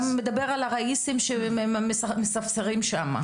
אתה מדבר על הראיסים שמספסרים שם, אוקיי.